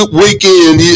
weekend